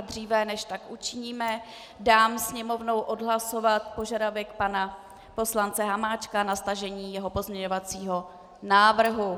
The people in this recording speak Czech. Dříve než tak učiníme, dám Sněmovnou odhlasovat požadavek pana poslance Hamáčka na stažení jeho pozměňovacího návrhu.